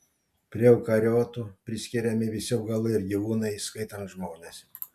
prie eukariotų priskiriami visi augalai ir gyvūnai įskaitant žmones